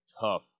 tough